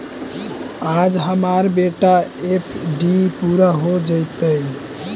आज हमार बेटा के एफ.डी पूरा हो जयतई